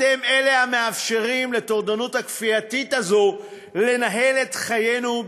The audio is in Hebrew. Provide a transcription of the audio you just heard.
אתם אלו המאפשרים לטורדנות הכפייתית הזאת לנהל את חיינו,